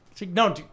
No